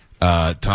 Tom